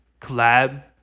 collab